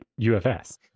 UFS